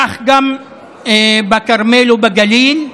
וכך גם בכרמל ובגליל.